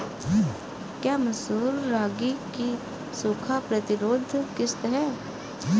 क्या मसूर रागी की सूखा प्रतिरोध किश्त है?